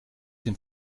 den